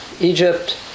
Egypt